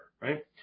Right